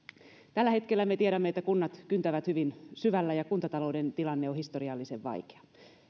tällä hetkellä me tiedämme että kunnat kyntävät hyvin syvällä ja kuntatalouden tilanne on historiallisen vaikea